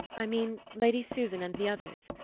i mean lady susan and the others.